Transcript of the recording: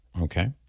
okay